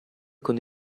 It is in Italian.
con